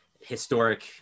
historic